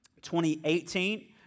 2018